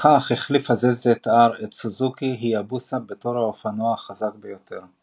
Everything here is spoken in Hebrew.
בכך החליף ה-ZZR את סוזוקי היאבוסה בתור האופנוע החזק ביותר.